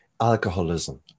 Alcoholism